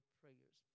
prayers